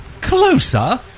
closer